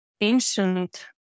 ancient